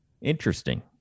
Interesting